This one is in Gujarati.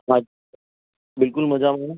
હા બિલકુલ મજામાં